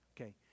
Okay